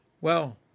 Well